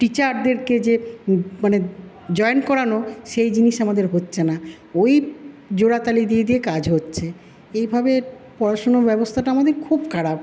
টিচারদেরকে যে মানে জয়েন করানো সেই জিনিস আমাদের হচ্ছে না ওই জোড়াতালি দিয়ে দিয়ে কাজ হচ্ছে এইভাবে পড়াশুনো ব্যবস্থাটা আমাদের খুব খারাপ